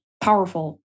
powerful